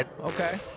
Okay